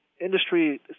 industry